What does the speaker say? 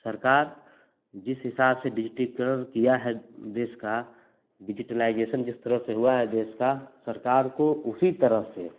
सरकार जिस हिसाब से डिजिटीकरण किया है जिसका डिजिटलाइजेशन जिस तरह से हुआ है देश का सरकार को उसी तरह से